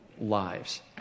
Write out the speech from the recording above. lives